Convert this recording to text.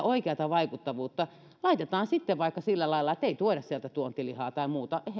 oikeata vaikuttavuutta laitetaan sitten vaikka sillä lailla että ei tuoda sieltä tuontilihaa tai muuta ei se